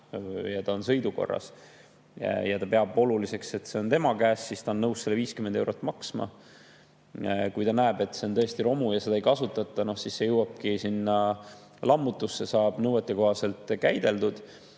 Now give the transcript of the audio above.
ja see on sõidukorras ja inimene peab oluliseks, et see on tema käes, siis ta on nõus need 50 eurot maksma. Kui ta aga näeb, et see on tõesti romu ja seda ei kasutata, siis see [auto] jõuabki lammutusse ja saab nõuetekohaselt käideldud.